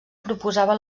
proposava